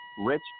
Rich